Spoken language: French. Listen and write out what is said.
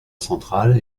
central